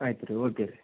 ಆಯ್ತು ರೀ ಓಕೆ ರೀ